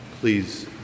Please